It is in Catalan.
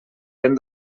ben